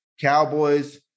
Cowboys